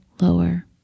lower